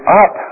up